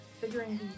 figuring